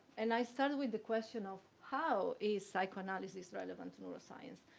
and i started with the question of how is psychoanalysis relevant to neuroscience?